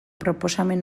proposamen